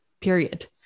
period